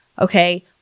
okay